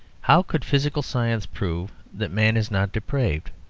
how could physical science prove that man is not depraved?